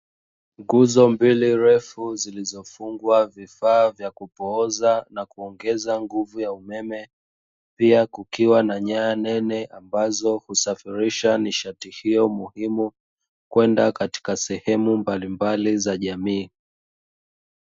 Nguzo mbili refu zilizofungwa vifaa vya kupooza na kuongeza nguvu ya umeme, pia kukiwa na nyaya nene ambazo husafirisha nishati hiyo muhimu kwenda katika sehemu mbalimbali za jamii.